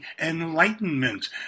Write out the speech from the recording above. Enlightenment